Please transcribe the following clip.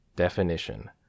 Definition